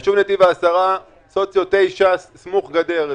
היישוב נתיב העשרה, סוציו 9, סמוך-גדר.